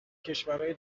کشورای